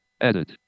Edit